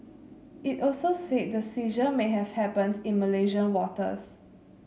it also said the seizure may have happened in Malaysian waters